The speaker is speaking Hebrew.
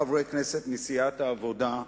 כמה חברי כנסת מסיעת העבודה,